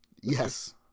Yes